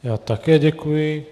Já také děkuji.